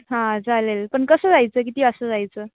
हां चालेल पण कसं जायचं किती वाजता जायचं